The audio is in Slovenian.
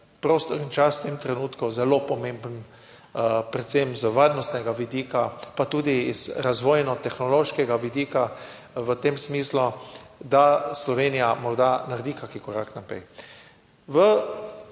prostor in čas v tem trenutku zelo pomemben, predvsem z varnostnega vidika, pa tudi iz razvojno-tehnološkega vidika v tem smislu, da Slovenija morda naredi kakšen korak naprej.